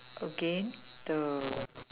again the